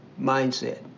mindset